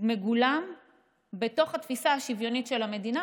מגולם בתוך התפיסה השוויונית של המדינה,